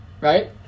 Right